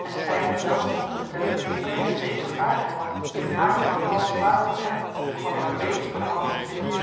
en sijmen zelf begon te vertellen dat hij een zekere vaardigheid had in het maken van een valschen baard van hennep of wat hij nog beters voor de hand mocht vinden